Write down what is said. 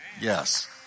Yes